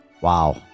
Wow